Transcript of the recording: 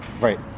Right